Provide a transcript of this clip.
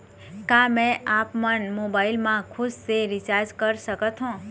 का मैं आपमन मोबाइल मा खुद से रिचार्ज कर सकथों?